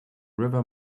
river